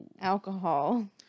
alcohol